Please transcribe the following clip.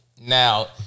Now